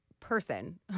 person